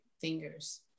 fingers